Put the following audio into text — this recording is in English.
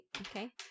okay